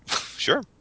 Sure